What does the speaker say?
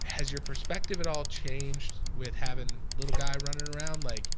has your perspective at all changed with having little guy running around like